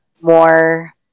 more